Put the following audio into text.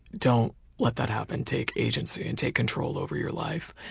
don't let that happen. take agency, and take control over your life.